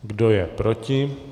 Kdo je proti?